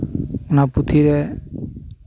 ᱚᱱᱟ ᱯᱩᱛᱷᱤᱨᱮ